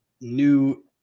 new